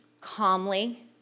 calmly